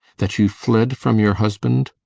that you fled from your husband?